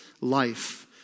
life